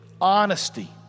honesty